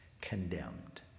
condemned